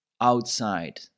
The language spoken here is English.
outside